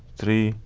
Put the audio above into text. three,